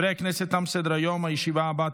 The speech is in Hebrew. שבעה בעד,